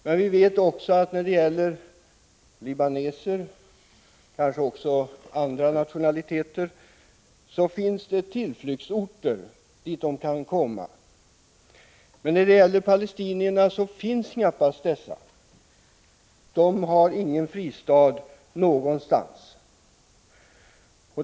Men vi vet också att för libaneser, och kanske också för personer av andra nationaliteter, finns det oftast tillflyktsorter dit de kan komma. När det gäller palestinierna finns knappast några sådana. Palestinierna har ingen fristad någonstans.